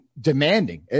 demanding